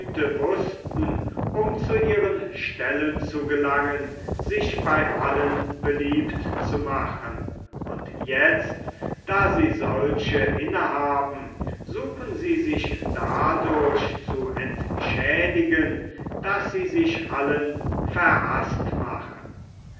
wußten um zu ihren stellungen zu gelangen sich bei allen beliebt zu machen und jetzt da sie solche inne haben suchen sie sich dadurch zu entschädigen daß sie sich allen verhaßt machen